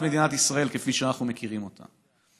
מדינת ישראל כפי שאנחנו מכירים אותה.